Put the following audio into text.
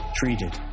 treated